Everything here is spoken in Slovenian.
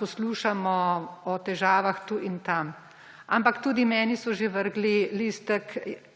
poslušamo o težavah tu in tam, ampak tudi meni so že vrgli listek,